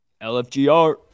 LFGR